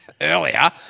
earlier